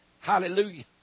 Hallelujah